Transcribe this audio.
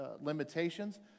limitations